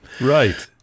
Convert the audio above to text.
Right